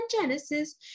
Genesis